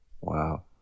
Wow